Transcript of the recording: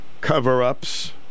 cover-ups